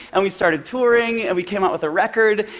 and we started touring, and we came out with a record.